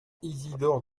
isidore